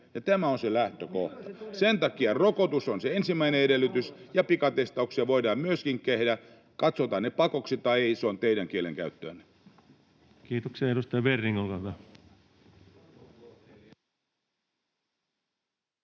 Tämä on se lähtökohta. Sen takia rokotus on se ensimmäinen edellytys, ja pikatestauksia voidaan myöskin tehdä. Katsotaan ne pakoksi tai ei, se on teidän kielenkäyttöänne. [Speech 63] Speaker: Ensimmäinen